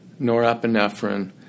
norepinephrine